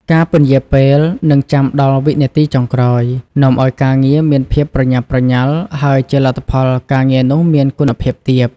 ការពន្យារពេល និងចាំំដល់វិនាទីចុងក្រោយនាំឱ្យការងារមានភាពប្រញាប់ប្រញាល់ ហើយជាលទ្ធផលការងារនោះមានគុណភាពទាប។